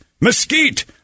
Mesquite